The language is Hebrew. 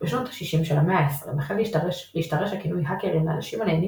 בשנות ה-60 של המאה ה-20 החל להשתרש הכינוי "האקרים" לאנשים הנהנים